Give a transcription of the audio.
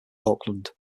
auckland